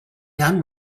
done